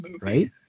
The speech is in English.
right